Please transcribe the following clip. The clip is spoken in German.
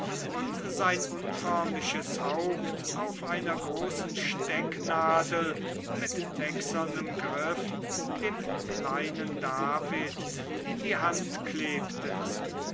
und sein unförmliches haupt auf einer großen stecknadel mit wächsernem griff dem kleinen david in die hand klebtest